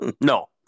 No